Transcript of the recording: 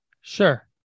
Sure